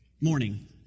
Morning